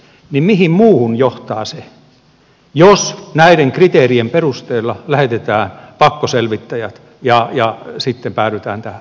mihin muuhun johtaa se jos näiden kriteerien perusteella lähetetään pakkoselvittäjät ja sitten päädytään tähän